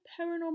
Paranormal